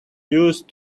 used